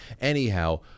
anyhow